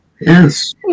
Yes